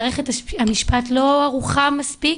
מערכת המשפט לא ערוכה מספיק